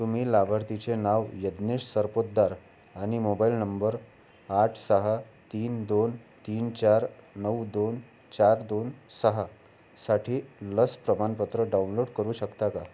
तुम्ही लाभार्थीचे नाव यज्ञेश सरपोतदार आणि मोबाईल नंबर आठ सहा तीन दोन तीन चार नऊ दोन चार दोन सहासाठी लस प्रमाणपत्र डाउनलोट करू शकता का